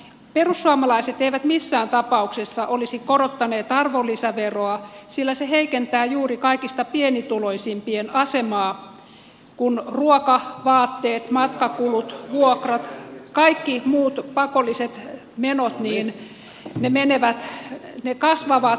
perussuomalaiset eivät missään tapauksessa olisi korottaneet arvonlisäveroa sillä se heikentää juuri kaikista pienituloisimpien asemaa kun ruoka vaatteet matkakulut vuokrat kaikki muut pakolliset menot kasvavat